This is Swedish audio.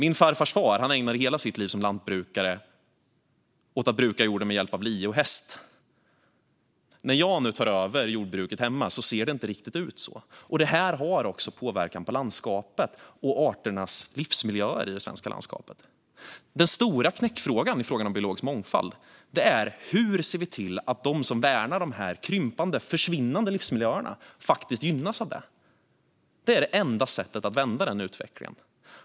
Min farfars far ägnade hela sitt liv som lantbrukare åt att bruka jorden med hjälp av lie och häst. När jag nu tar över jordbruket hemma ser det inte riktigt ut så. Det här har också påverkan på det svenska landskapet och arternas livsmiljöer i det landskapet. Den stora knäckfrågan när det gäller biologisk mångfald är hur vi ser till att de som värnar dessa krympande, försvinnande livsmiljöer faktiskt gynnas av det. Det är enda sättet att vända den utvecklingen.